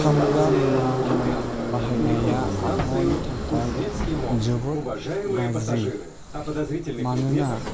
खामग्रा मुवा बाहायनाया आबहावानि थाखाय जोबोद गाज्रि मानोना